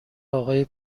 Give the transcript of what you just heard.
آقای